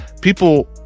people